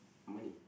money